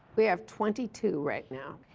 we have twenty two right now.